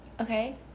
okay